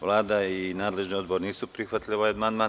Vlada i nadležni odbor nisu prihvatili ovaj amandman.